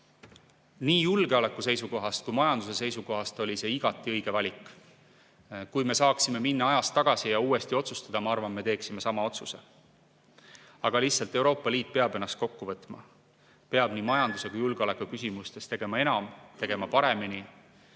Nii julgeoleku seisukohast kui ka majanduse seisukohast oli see igati õige valik. Kui me saaksime ajas tagasi minna ja uuesti otsustada, siis ma arvan, et me teeksime sama otsuse. Aga Euroopa Liit peab ennast kokku võtma. Peab nii majandus- kui julgeolekuküsimustes tegema enam, tegema paremini.